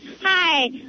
Hi